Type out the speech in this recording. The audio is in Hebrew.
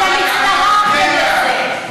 אתם הצטרפתם לזה.